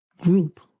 group